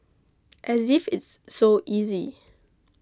as if it's so easy